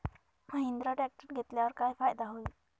Mahindra tractor घेतल्यावर काय फायदा होईल?